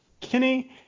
Kinney